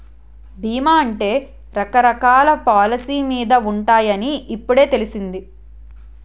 బీమా అంటే రకరకాల పాలసీ మీద ఉంటాయని ఇప్పుడే తెలిసింది